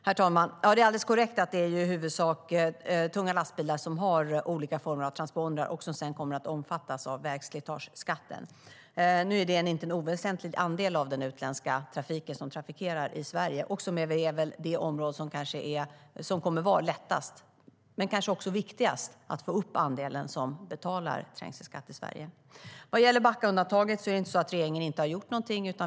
Herr talman! Det är alldeles korrekt att det i huvudsak är tunga lastbilar som har olika former av transpondrar och som sedan kommer att omfattas av vägslitageskatten. Nu utgör de en inte oväsentlig andel av den utländska trafiken i Sverige, och det är också när det gäller de tunga lastbilarna som det kommer att vara lättast och viktigast att få upp den andel som betalar trängselskatt. Vad gäller Backaundantaget är det inte så att regeringen inte har gjort någonting.